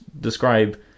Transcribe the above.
describe